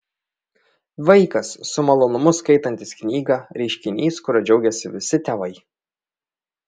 vaikas su malonumu skaitantis knygą reiškinys kuriuo džiaugiasi visi tėvai